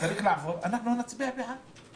צריך לעבור אנחנו נצביע בעד.